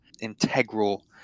integral